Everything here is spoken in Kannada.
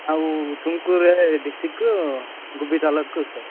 ನಾವು ತುಮ್ಕೂರು ಡಿಸ್ಟಿಕ್ಕು ಗುಬ್ಬಿ ತಾಲೂಕು ಸರ್